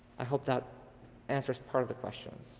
i hope that answers part of the question.